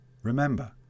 Remember